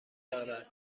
دارد